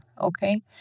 okay